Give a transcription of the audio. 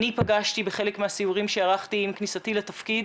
אני פגשתי בחלק מהסיורים שערכתי עם כניסתי לתפקיד,